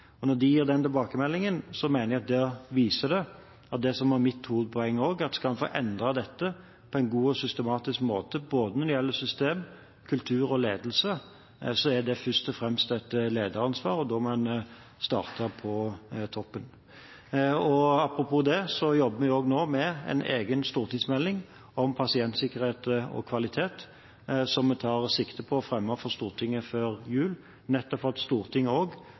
Når de gir den tilbakemeldingen, mener jeg at det viser det som var mitt hovedpoeng: Skal vi få endret dette på en god og systematisk måte, både når det gjelder system, kultur og ledelse, er det først og fremst et lederansvar, og da må man starte på toppen. Et apropos til dette: Vi jobber nå med en egen stortingsmelding om pasientsikkerhet og kvalitet, som vi tar sikte på å fremme for Stortinget før jul, nettopp for at Stortinget skal bli invitert til å diskutere pasientsikkerhet og